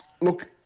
Look